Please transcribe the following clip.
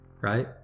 right